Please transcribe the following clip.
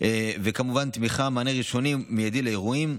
וכמובן תמיכת מענה ראשוני מיידי לאירועים,